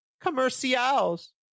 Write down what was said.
commercials